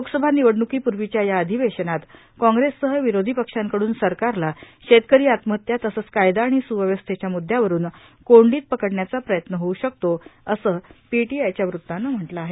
लोकसभा निवडण्कीपूर्वीच्या या अधिवेशनात कॉग्रेससह विरोधीपक्षांकडून सरकारला शेतकरी आत्महत्या तसंच कायदा आणि सुव्यवस्थेच्या मुद्यावरून कोंडीत पकडण्याचा प्रयत्न होऊ शकतो असं पीटीआयच्या वृत्तात म्हटलं आहे